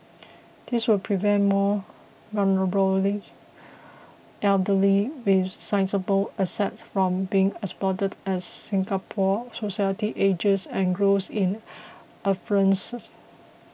this will prevent more vulnerably elderly with sizeable assets from being exploited as Singapore society ages and grows in affluence